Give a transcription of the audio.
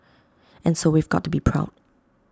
and so we've got to be proud